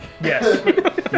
Yes